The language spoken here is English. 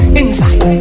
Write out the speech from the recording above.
inside